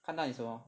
看到你什么